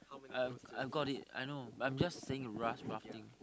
I I've got it I know but I'm just saying